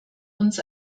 uns